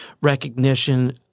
recognition